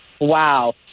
Wow